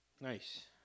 Nice